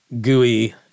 gooey